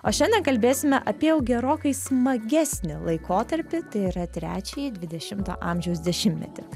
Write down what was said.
o šiandien kalbėsime apie jau gerokai smagesnį laikotarpį tai yra trečiąjį dvidešimto amžiaus dešimtmetį